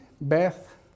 Beth